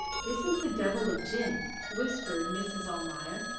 this is the devil of gin, whispered mrs. almayer.